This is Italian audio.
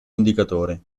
indicatore